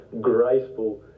graceful